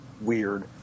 weird